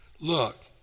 look